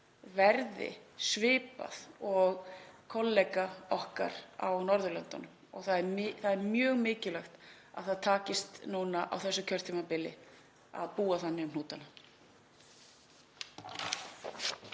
verði svipað og kollega okkar á Norðurlöndunum og það er mjög mikilvægt að það takist á þessu kjörtímabili að búa þannig um hnútana.